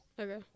Okay